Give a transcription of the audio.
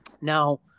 Now